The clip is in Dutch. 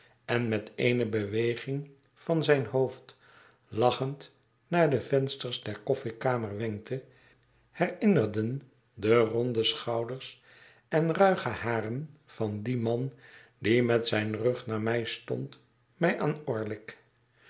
en met eene beweging van zijn hoofd lachend naar de vensters der koffiekamer wenkte herinnerden de ronde schouders en ruige haren van dien man die met zijn rug naar mij toe stond mij aan orlick